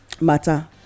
Matter